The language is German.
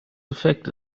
effekt